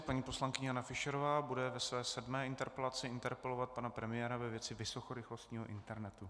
Paní poslankyně Jana Fischerová bude ve své sedmé interpelaci interpelovat pana premiéra ve věci vysokorychlostního internetu.